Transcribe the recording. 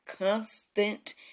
constant